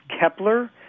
Kepler